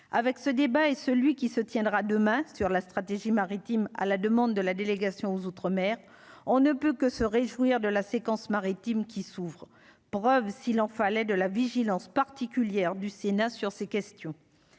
avec ce débat, et celui qui se tiendra demain sur la stratégie maritime à la demande de la délégation aux outre-mer, on ne peut que se réjouir de la séquence maritime qui s'ouvrent, preuve s'il en fallait de la vigilance particulière du Sénat sur ces questions,